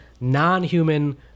non-human